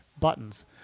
buttons